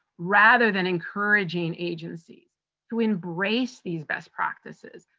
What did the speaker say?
rather than encouraging agencies to embrace these best practices,